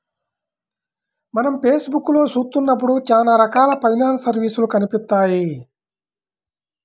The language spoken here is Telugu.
మనం ఫేస్ బుక్కులో చూత్తన్నప్పుడు చానా రకాల ఫైనాన్స్ సర్వీసులు కనిపిత్తాయి